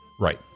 Right